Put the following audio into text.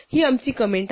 ही आमची कंमेंट आहे